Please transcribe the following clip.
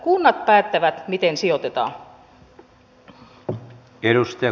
kunnat päättävät miten sijoitetaan